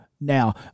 now